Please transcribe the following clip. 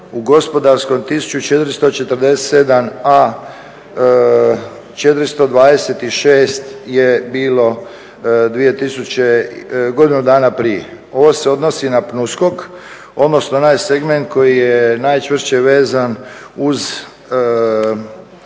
u gospodarskom 1447, a 426 je bilo godinu dana prije. Ovo se odnosi na PNUSKOK odnosno onaj segment koji je najčvršće vezan uz